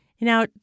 Now